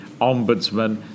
Ombudsman